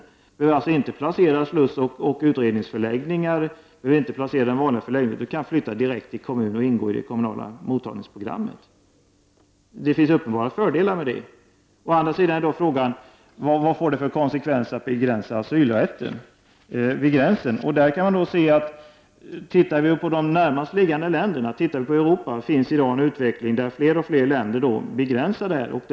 De behöver alltså inte placeras på slussoch utredningsförläggningar eller på vanliga förläggningar, utan de kan flytta direkt till kommunerna och ingå i det kommunala mottagningsprogrammet. Det finns uppenbara fördelar med detta. Å andra sidan blir frågan: Vad får det för konsekvenser att begränsa asylrätten? G Om vi ser på de länder som ligger närmast i Europa ser vi en utveckling där fler och fler länder begränsar antalet flyktingar.